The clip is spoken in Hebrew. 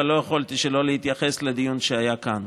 אבל לא יכולתי שלא להתייחס לדיון שהיה כאן.